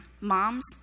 moms